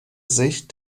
sich